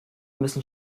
müssen